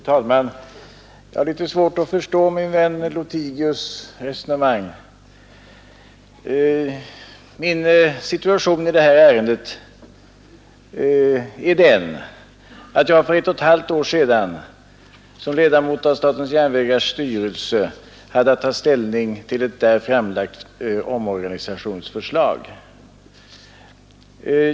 Fru talman! Jag har litet svårt att förstå min vän Lothigius” resonemang. Min situation i detta ärende är att jag för ett och ett halvt år sedan som ledamot av statens järnvägars styrelse hade att ta ställning till ett där framlagt omorganisationsförslag.